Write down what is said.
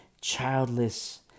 childless